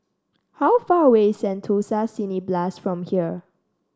how far away Sentosa Cineblast from here